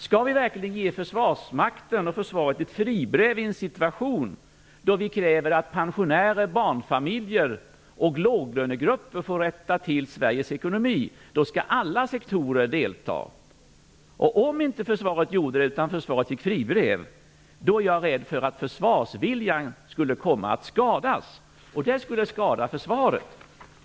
Skall vi verkligen ge Försvarsmakten och försvaret ett fribrev i en situation då vi kräver att pensionärer, barnfamiljer och låglönegrupper skall rätta till Sveriges ekonomi? Då skall alla sektorer delta. Om försvaret inte gjorde det utan fick fribrev är jag rädd för att försvarsviljan skulle komma att skadas. Det skulle skada försvaret.